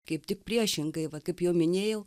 kaip tik priešingai va kaip jau minėjau